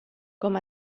com